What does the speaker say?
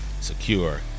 secure